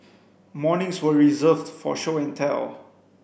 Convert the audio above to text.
mornings were reserved for show and tell